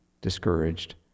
discouraged